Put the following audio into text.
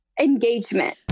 engagement